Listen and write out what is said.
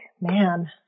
man